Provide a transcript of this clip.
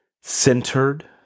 centered